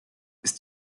ist